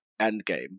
Endgame